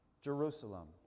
Jerusalem